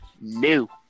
New